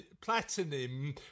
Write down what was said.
platinum